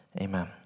Amen